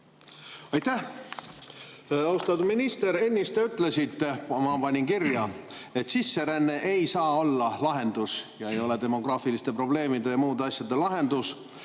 Aitäh! Austatud minister! Ennist te ütlesite, ma panin selle kirja, et sisseränne ei saa olla lahendus, see ei ole demograafiliste probleemide ja muude asjade lahendus,